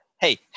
Hey